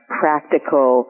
practical